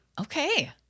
Okay